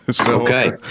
Okay